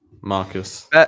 Marcus